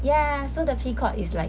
ya so the peacock is like